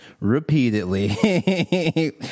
repeatedly